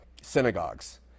synagogues